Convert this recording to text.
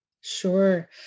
Sure